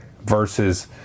versus